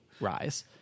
rise